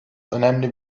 önemli